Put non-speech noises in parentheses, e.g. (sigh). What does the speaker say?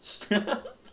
(laughs)